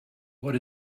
what